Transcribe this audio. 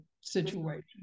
situation